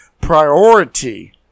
priority